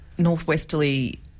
Northwesterly